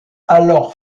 alors